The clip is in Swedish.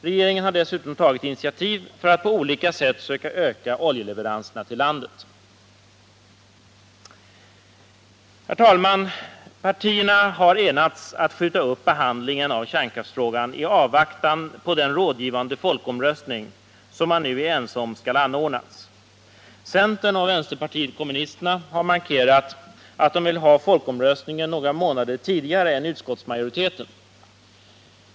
Regeringen har dessutom tagit initiativ för att på olika sätt söka öka oljeleveranserna till landet. Herr talman! Partierna har enats om att skjuta upp behandlingen av kärnkraftsfrågan i avvaktan på den rådande folkomröstning som man nu är ense om skall anordnas. Centern och vänsterpartiet kommunisterna har markerat att de vill ha folkomröstningen några månader tidigare än utskottsmajoriteten.